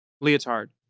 leotard